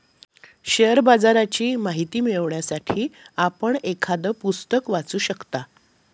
share बाजाराची माहिती मिळवण्यासाठी आपण एखादं पुस्तक वाचू शकता